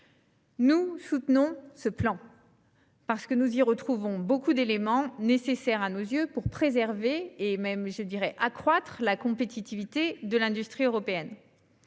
Nous soutenons ce plan, parce que nous y trouvons beaucoup d'éléments nécessaires à nos yeux pour préserver et même accroître la compétitivité de l'industrie européenne.